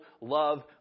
love